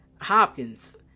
Hopkins